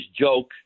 joke